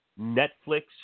Netflix